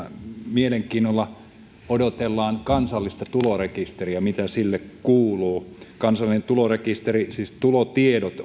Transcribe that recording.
mielenkiinnolla odotellaan kansallista tulorekisteriä mitä sille kuuluu kansallinen tulorekisteri siis tulotiedot